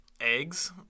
Eggs